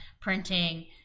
printing